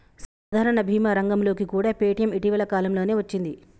సాధారణ భీమా రంగంలోకి కూడా పేటీఎం ఇటీవల కాలంలోనే వచ్చింది